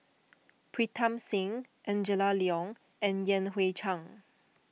Pritam Singh Angela Liong and Yan Hui Chang